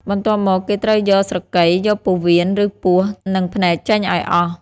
បន្ទាប់មក គេត្រូវយកស្រកី យកពោះវៀន ឬពោះ និងភ្នែកចេញឱ្យអស់។